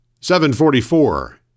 744